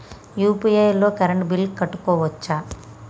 UPI తోని current bill కట్టుకోవచ్ఛా?